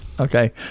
Okay